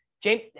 James